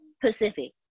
Pacific